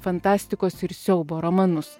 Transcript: fantastikos ir siaubo romanus